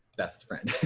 best friend.